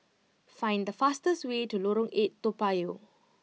find the fastest way to Lorong eight Toa Payoh